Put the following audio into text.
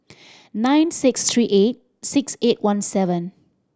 nine six three eight six eight one seven